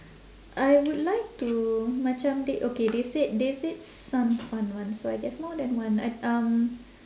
I would like to macam they okay they said they said some fun ones so I guess more than one I um